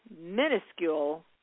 minuscule